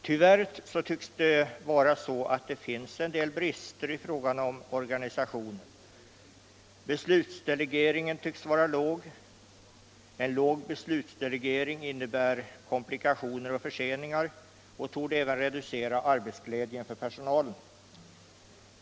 Tyvärr tycks det finnas en del brister i fråga om organisationen. Sålunda tycks beslutsdelegeringen vara låg. En låg beslutsdelegering innebär komplikationer och förseningar och torde även reducera arbetsglädjen för personalen.